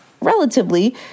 relatively